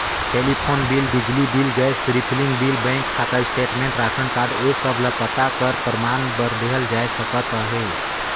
telephone bill, बिजली bill, gas refilling bill, bank खाता statement, ration card ए सब ल पता कर परमान बर देहल जाए सकत अहे